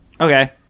Okay